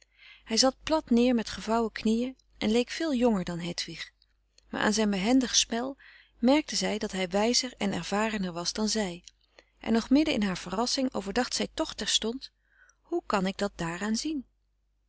hij zat plat neer met gevouwen knieën en leek veel jonger dan hedwig maar aan zijn behendig frederik van eeden van de koele meren des doods spel merkte zij dat hij wijzer en ervarener was dan zij en nog midden in haar verrassing overdacht zij toch terstond hoe kan ik dat daaraan zien